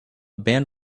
band